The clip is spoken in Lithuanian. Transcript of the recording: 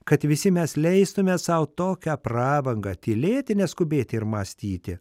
kad visi mes leistume sau tokią prabangą tylėti neskubėti ir mąstyti